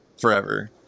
forever